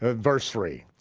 ah verse three,